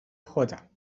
خودم